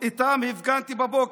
שאיתם הפגנתי בבוקר.